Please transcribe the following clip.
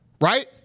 Right